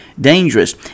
dangerous